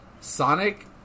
Sonic